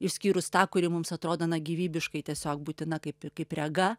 išskyrus tą kuri mums atrodo na gyvybiškai tiesiog būtina kaip kaip rega